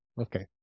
Okay